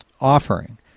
offering